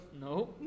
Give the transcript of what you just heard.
no